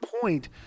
point